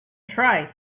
try